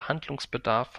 handlungsbedarf